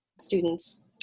students